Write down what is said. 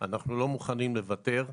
אנחנו לא מוכנים לוותר,